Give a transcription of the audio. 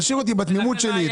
תשאיר אותי בתמימות שלי,